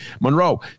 Monroe